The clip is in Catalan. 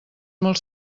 molt